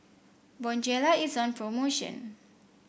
Bonjela is on promotion